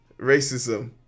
racism